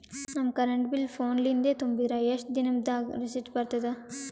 ನಮ್ current bill phone ಲಿಂದೇ ತುಂಬಿದ್ರ, ಎಷ್ಟ ದಿ ನಮ್ ದಾಗ ರಿಸಿಟ ಬರತದ?